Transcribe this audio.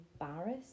embarrassed